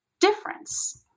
difference